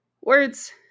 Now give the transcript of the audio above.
words